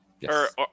Yes